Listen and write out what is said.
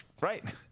right